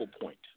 point